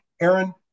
Aaron